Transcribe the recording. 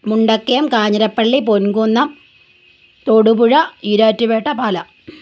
Mundakayam Kanjirappally Ponkunnam Thodupuzha Erattupetta Pala